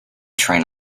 train